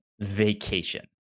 vacation